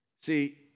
See